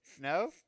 no